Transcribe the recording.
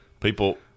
people